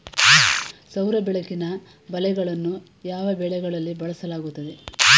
ಸೌರ ಬೆಳಕಿನ ಬಲೆಗಳನ್ನು ಯಾವ ಬೆಳೆಗಳಲ್ಲಿ ಬಳಸಲಾಗುತ್ತದೆ?